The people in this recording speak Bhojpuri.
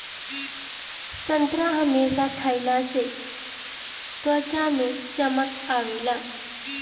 संतरा हमेशा खइला से त्वचा में चमक आवेला